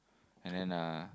and then uh